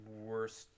worst